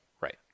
Right